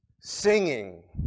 Singing